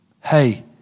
Hey